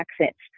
accents